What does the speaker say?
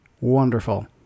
Wonderful